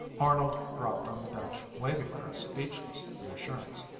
arnold dropped on the bench, waving her a speechless reassurance.